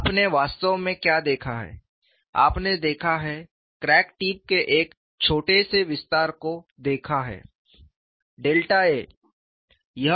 आपने वास्तव में क्या देखा है आपने देखा है क्रैक टिप के एक छोटे से विस्तार को देखा है डेल्टा a